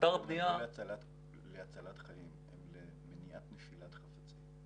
הרשתות הן להצלת חיים, למניעת נפילת חפצים.